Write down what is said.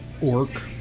Orc